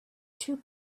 two